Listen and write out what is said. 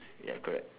ya correct